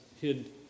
hid